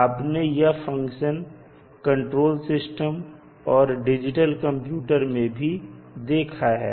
आपने यह function control system और डिजिटल कंप्यूटर में भी देखा है